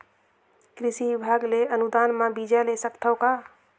कृषि विभाग ले अनुदान म बीजा ले सकथव का?